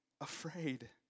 afraid